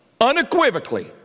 unequivocally